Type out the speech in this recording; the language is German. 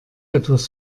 was